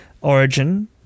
origin